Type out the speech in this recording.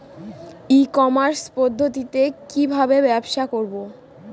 ই commerce পদ্ধতিতে কি ভাবে ব্যবসা করব?